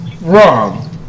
wrong